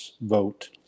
vote